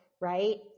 right